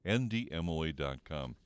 ndmoa.com